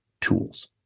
tools